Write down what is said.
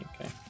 Okay